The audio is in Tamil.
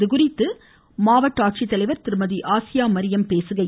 இதுகுறித்து மாவட்ட ஆட்சித்தலைவர் திருமதி ஆசியா மரியம் பேசுகையில்